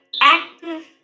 active